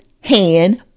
hand